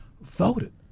voted